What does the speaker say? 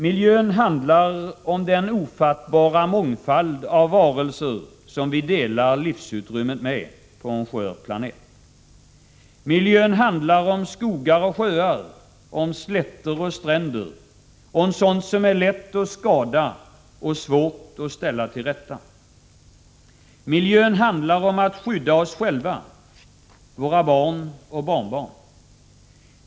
Miljön handlar om den ofattbara mångfald av varelser som vi delar livsutrymmet med på en skör planet. Miljön handlar om skogar och sjöar, slätter och stränder, sådant som är lätt att skada och svårt att ställa till rätta. Miljön handlar om att skydda oss själva, våra barn och barnbarn.